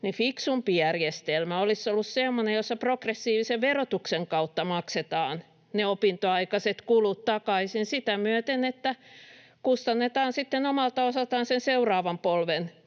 fiksumpi järjestelmä olisi ollut semmoinen, jossa progressiivisen verotuksen kautta maksetaan ne opintoaikaiset kulut takaisin sitä myöten, että kustannetaan sitten omalta osaltaan sen seuraavan polven